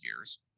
years